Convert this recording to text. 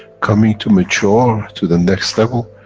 coming to mature to the next level,